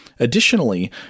Additionally